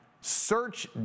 search